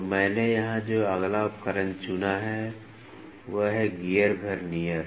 तो मैंने यहाँ जो अगला उपकरण चुना है वह है गियर वर्नियर